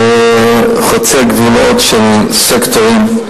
זה חוצה גבולות של סקטורים.